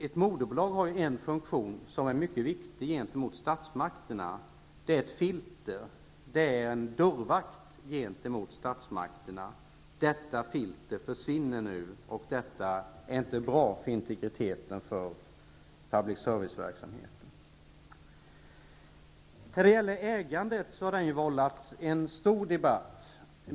Ett moderbolag har en mycket viktig funktion gentemot statsmakterna. Det utgör ett filter och en dörrvakt gentemot statsmakterna. Detta filter försvinner nu, och det är inte bra för integriteten i public service-verksamheten. Ägandet har vållat stor debatt.